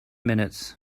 minutes